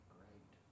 Great